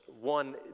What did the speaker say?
One